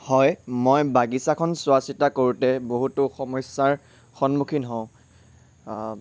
হয় মই বাগিচাখন চোৱাচিতা কৰোঁতে বহুতো সমস্যাৰ সন্মুখীন হওঁ